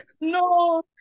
no